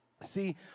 See